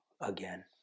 again